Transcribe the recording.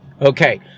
Okay